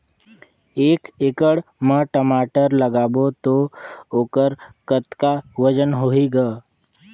एक एकड़ म टमाटर लगाबो तो ओकर कतका वजन होही ग?